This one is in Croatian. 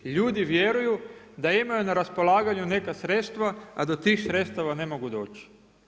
Ljudi vjeruju da imaju na raspolaganju neka sredstva, a do tih sredstava ne mogu doći.